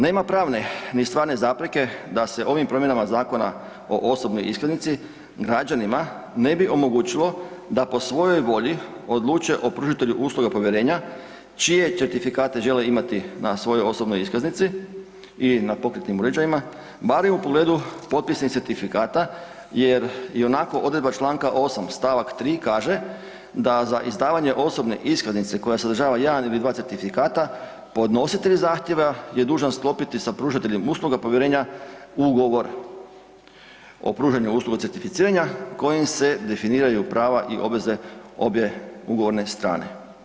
Nema pravne ni stvarne zapreke da se ovim promjenama Zakona o osobnoj iskaznici građanima ne bi omogućilo da po svojoj volji odluče o pružatelju usluga povjerenja čije certifikate žele imati na svojoj osobnoj iskaznici i na pokretnim uređajima barem u pogledu potpisnog certifikacija jer ionako odredba članka 8. stavak 3. kaže da za izdavanje osobne iskaznice koja sadržava jedan ili dva certifikata podnositelj zahtjeva je dužan sklopiti sa pružateljem usluga povjerenja Ugovor o pružanju usluga certificiranja kojim se definiraju prava i obveze obje ugovorne strane.